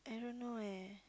I don't know eh